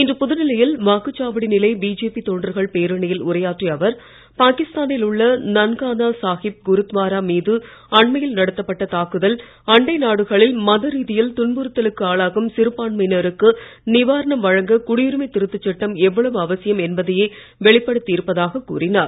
இன்று புதுடெல்லியில் வாக்குச்சாவடி நிலை பிஜேபி தொண்டர்கள் பேரணியில் உரையாற்றிய அவர் பாகிஸ்தானில் உள்ள நன்கானா சாஹிப் குருத்வாரா மீது அண்மையில் நடத்தப்பட்ட தாக்குதல் அண்டை நாடுகளில் மத ரீதியில் துன்புறுத்தலுக்கு ஆளாகும் சிறுபான்மையினருக்கு நிவாரணம் வழங்க குடியுரிமை திருத்த சட்டம் எவ்வளவு அவசியம் என்பதையே வெளிப்படுத்தி இருப்பதாக கூறினார்